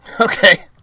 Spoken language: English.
okay